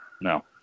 no